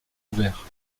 ouvert